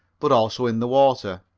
but also in the water.